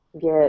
get